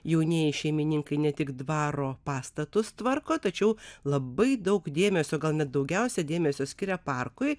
jaunieji šeimininkai ne tik dvaro pastatus tvarko tačiau labai daug dėmesio gal net daugiausia dėmesio skiria parkui